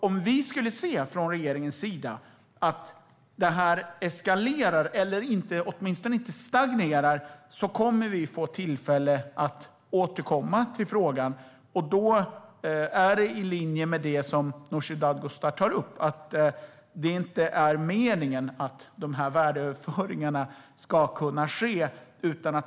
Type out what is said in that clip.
Om vi från regeringens sida skulle se att det här eskalerar, eller åtminstone inte stagnerar, kommer vi att få tillfälle att återkomma till frågan. Då är det i linje med det som Nooshi Dadgostar tar upp, att det inte är meningen att de här värdeöverföringarna ska kunna ske.